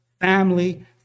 family